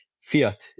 fiat